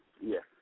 Yes